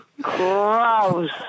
gross